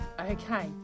okay